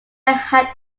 had